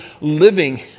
living